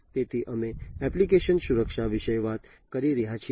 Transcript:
તેથી અમે એપ્લિકેશન સુરક્ષા વિશે વાત કરી રહ્યા છીએ